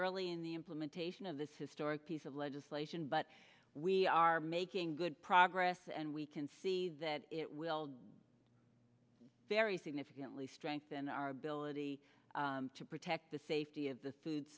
early in the implementation of this historic piece of legislation but we are making good progress and we can see that it will very significantly strengthen our ability to protect the safety of the